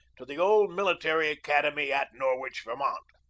to the old mili tary academy at norwich, vermont.